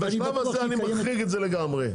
אז בשלב הזה אני מחריג את זה לגמרי.